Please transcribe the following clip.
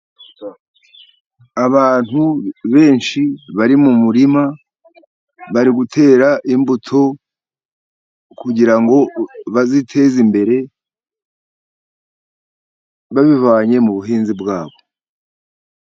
Abantu benshi bari mu murima, bari gutera imbuto, kugirango baziteze imbere babivanye mu buhinzi bwabo.